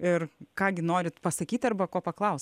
ir ką gi norite pasakyti arba ko paklaus